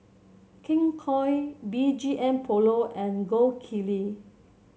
King Koil B G M Polo and Gold Kili